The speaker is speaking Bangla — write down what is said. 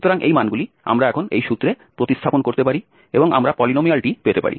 সুতরাং এই মানগুলি আমরা এখন এই সূত্রে প্রতিস্থাপন করতে পারি এবং আমরা পলিনোমিয়ালটি পেতে পারি